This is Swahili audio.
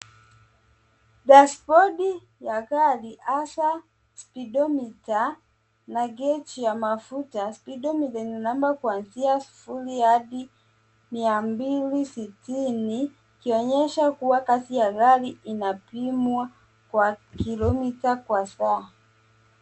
Dashibodi inaonyesha viashiria mbalimbali, ikiwemo mita ya kasi na gechi ya mafuta. Mita ya kasi inaonesha kwamba gari linaenda kwa kasi ya kilomita 4 kwa saa, ikipimwa kwenye kipimo cha mita ya kilometa 15